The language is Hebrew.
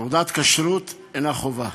תעודת כשרות אינה חובה,